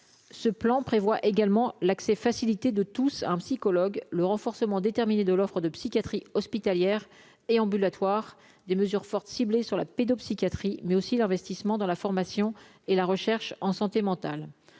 ce plan prévoit également l'accès facilité de tous un psychologue le renforcement déterminé de l'offre de psychiatrie hospitalière et ambulatoire des mesures fortes ciblée sur la pédopsychiatrie, mais aussi l'investissement dans la formation et la recherche en santé mentale